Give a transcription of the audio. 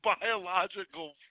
biological